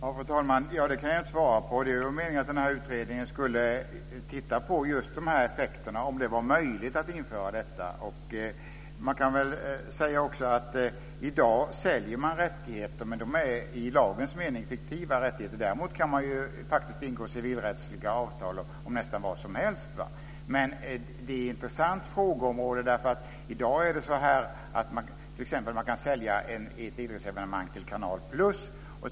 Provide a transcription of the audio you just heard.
Fru talman! Det kan jag inte svara på. Det var meningen att den här utredningen skulle titta närmare på just effekterna, om det var möjligt att införa detta. I dag säljer man rättigheter, men de är i lagens mening fiktiva rättigheter. Däremot kan man faktiskt ingå civilrättsliga avtal om nästan vad som helst. Det är ett intressant frågeområde. I dag kan man t.ex. sälja ett idrottsevenemang till Canal plus.